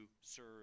serve